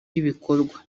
y’ibikorwa